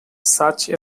such